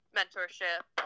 mentorship